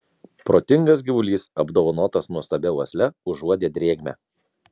protingas gyvulys apdovanotas nuostabia uosle užuodė drėgmę